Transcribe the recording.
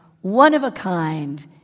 one-of-a-kind